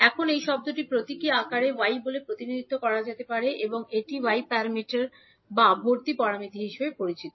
এখন এই শব্দটি প্রতীকী আকারে Y বলে প্রতিনিধিত্ব করা যেতে পারে এবং এটি y প্যারামিটার বা ভর্তি প্যারামিটার হিসাবে পরিচিত